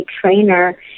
trainer